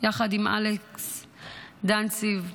יחד עם אלכס דנציג.